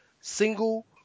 single